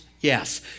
Yes